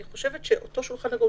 אני חושבת שאותו שולחן עגול,